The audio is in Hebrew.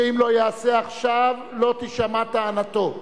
שאם לא יעשה עכשיו, לא תישמע טענתו.